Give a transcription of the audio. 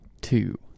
two